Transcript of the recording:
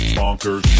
bonkers